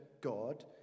God